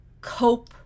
cope